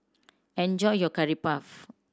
enjoy your Curry Puff